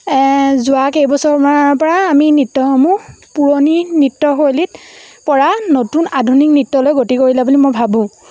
যোৱা কেইবছৰমানৰপৰা আমি নৃত্যসমূহ পুৰণি নৃত্যশৈলীত পৰা নতুন আধুনিক নৃত্যলৈ গতি কৰিলে বুলি মই ভাবোঁ